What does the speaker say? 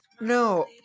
No